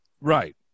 right